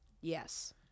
Yes